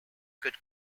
could